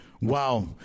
Wow